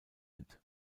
mit